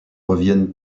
reviennent